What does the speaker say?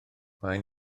maen